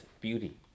beauty